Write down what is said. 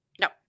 No